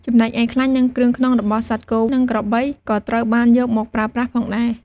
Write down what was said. ចំណែកឯខ្លាញ់ និងគ្រឿងក្នុងរបស់សត្វគោ និងក្របីក៏ត្រូវបានយកមកប្រើប្រាស់ផងដែរ។